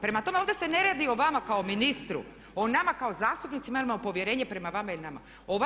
Prema tome, ovdje se ne radi o vama kao ministru, o nama kao zastupnicima, jer imamo povjerenje prema vama ili nama.